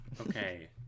Okay